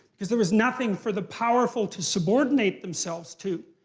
because there was nothing for the powerful to subordinate themselves to.